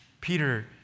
Peter